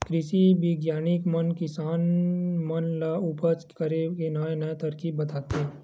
कृषि बिग्यानिक मन किसान मन ल उपज करे के नवा नवा तरकीब बताथे